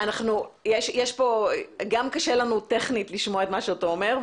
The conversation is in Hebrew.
גם קשה לנו טכנית לשמוע מה אתה אומר,